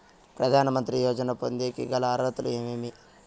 ప్రధాన మంత్రి యోజన పొందేకి గల అర్హతలు ఏమేమి?